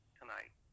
tonight